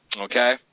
okay